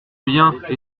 biens